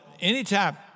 anytime